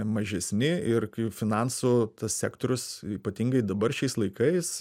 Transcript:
mažesni ir kaip finansų sektorius ypatingai dabar šiais laikais